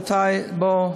בוא,